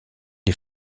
est